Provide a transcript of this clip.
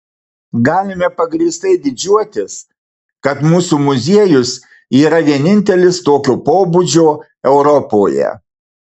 galime pagrįstai didžiuotis kad mūsų muziejus yra vienintelis tokio pobūdžio europoje